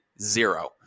zero